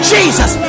Jesus